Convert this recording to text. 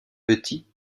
petit